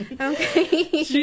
Okay